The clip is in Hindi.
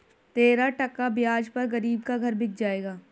तेरह टका ब्याज पर गरीब का घर बिक जाएगा